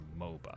MOBA